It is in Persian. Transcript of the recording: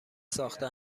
ساخته